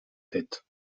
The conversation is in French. tête